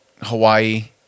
Hawaii